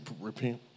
repent